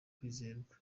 kwizerwa